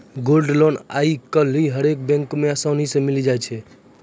gold loan आइ काल्हि हरेक बैको मे असानी से मिलि जाय छै